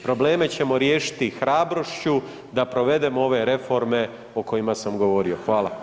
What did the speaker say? Probleme ćemo riješiti hrabrošću da provedemo ove reforme o kojima sam govorio.